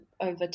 over